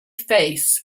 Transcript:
face